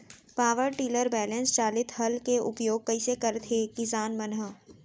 Power tiller balance चालित हल के उपयोग कइसे करथें किसान मन ह?